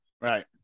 Right